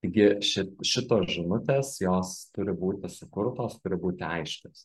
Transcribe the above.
taigi ši šitos žinutės jos turi būti sukurtos turi būti aiškios